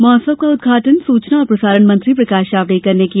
महोत्सव का उद्घाटन सूचना और प्रसारण मंत्री प्रकाश जावड़ेकर ने किया